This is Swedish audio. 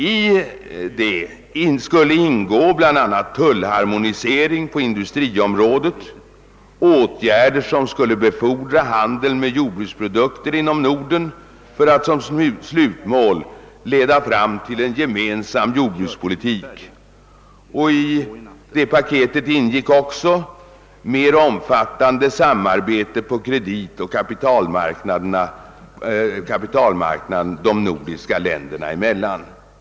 I paketlösningen skulle bl.a. ingå tullharmoni sering på industriområdet, åtgärder som skulle befordra handeln med jordbruksprodukter inom Norden med en gemensam jordbrukspolitik som slutmål samt ett mer omfattande samarbete mellan de nordiska länderna på kreditoch kapitalmarknaden.